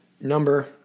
number